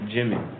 Jimmy